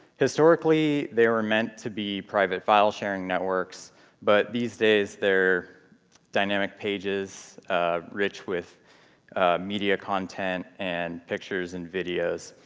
historically, they were meant to be private file-sharing networks but these days they're dynamic pages rich with media content and pictures and videos,